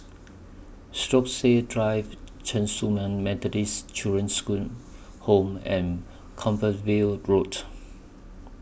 Stokesay Drive Chen Su Lan Methodist Children's Home and Compassvale Road